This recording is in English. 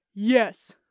Yes